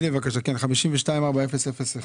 524001,